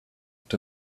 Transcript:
und